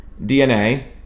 DNA